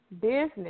business